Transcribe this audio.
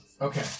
Okay